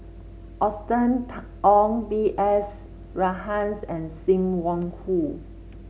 Austen Ong B S Rajhans and Sim Wong Hoo